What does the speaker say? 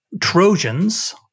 Trojans